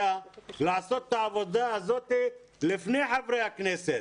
לעשות את העבודה הזאת לפני חברי הכנסת,